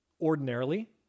Ordinarily